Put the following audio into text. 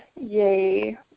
Yay